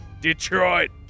Detroit